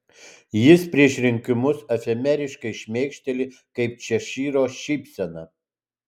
jis prieš rinkimus efemeriškai šmėkšteli kaip češyro šypsena